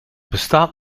bestaat